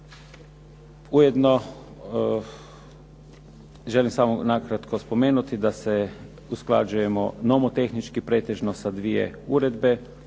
Ujedno želim samo nakratko spomenuti da se usklađujemo nomotehnički pretežno sa dvije uredbe,